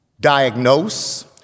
diagnose